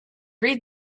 read